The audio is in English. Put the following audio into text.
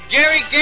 Gary